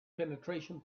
penetration